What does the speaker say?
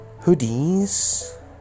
hoodies